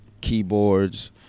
keyboards